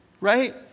right